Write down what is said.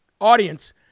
audience